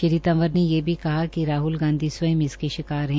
श्री तंवर ने ये भी कहा कि राहल गांधी स्वंय इसके शिकार है